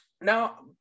Now